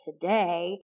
today